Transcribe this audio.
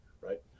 right